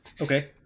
Okay